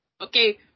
Okay